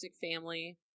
family